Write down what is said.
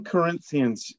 Corinthians